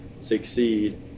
succeed